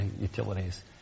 utilities